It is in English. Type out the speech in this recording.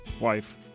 wife